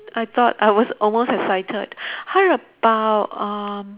I thought I was almost excited how about uh